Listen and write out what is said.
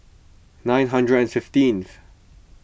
nine hundred and fifteenth